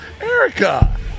Erica